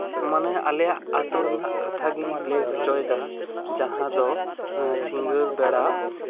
ᱢᱟᱱᱮ ᱟᱞᱮᱭᱟᱜ ᱟᱛᱳ ᱨᱮᱱᱟᱜ ᱠᱟᱛᱷᱟ ᱜᱤᱧ ᱞᱟᱹᱭ ᱦᱚᱪᱚᱭᱮᱫᱟ ᱡᱟᱦᱟᱸ ᱫᱚ ᱥᱤᱸᱜᱟᱹᱲ ᱵᱮᱲᱟ